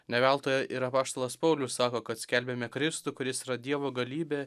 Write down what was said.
ne veltui ir apaštalas paulius sako kad skelbiame kristų kuris yra dievo galybė